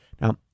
Now